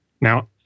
Now